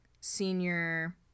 senior